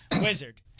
wizard